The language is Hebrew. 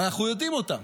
אבל אנחנו יודעים אותם.